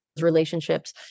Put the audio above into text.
relationships